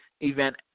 event